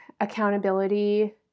accountability